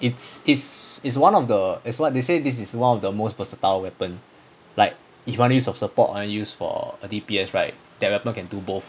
it's it's is one of the it's what they say this is one of the most versatile weapon like if you want use for support and use for a D_P_S right that weapon can do both